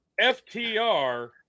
ftr